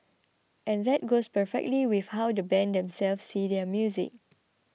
and that goes perfectly with how the band themselves see their music